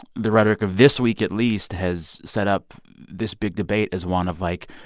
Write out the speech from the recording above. the rhetoric of this week at least has set up this big debate as one of, like,